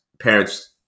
parents